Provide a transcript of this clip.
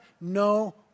no